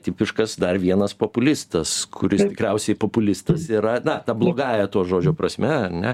tipiškas dar vienas populistas kuris tikriausiai populistas yra na ta blogąja to žodžio prasme ar ne